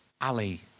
Ali